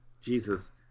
Jesus